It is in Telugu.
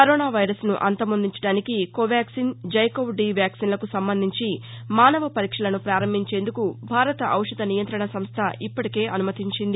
కరోనా వైరస్ను అంతమొందించడానికి కోవాక్సిన్ జైకోవ్ డి వ్యాక్సిస్లకు సంబంధించి మానవ పరీక్షలను ప్రారంభించేందుకు భారత ఔషధ నియంత్రణ సంస్థ ఇప్పటికే అనుమతించింది